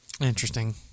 Interesting